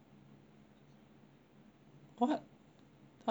what how does that even work